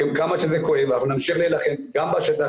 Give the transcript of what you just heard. כמה שזה כואב אנחנו נמשיך להילחם גם בשטח,